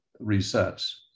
resets